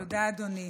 תודה, אדוני.